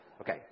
Okay